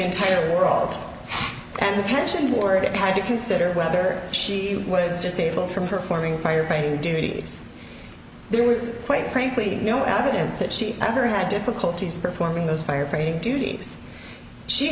entire world and passion for it had to consider whether she was just able from performing fire training duties there was quite frankly no evidence that she ever had difficulties performing those fire fighting duties she